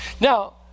Now